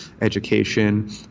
education